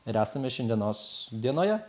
ir esame šiandienos dienoje